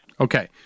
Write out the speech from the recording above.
Okay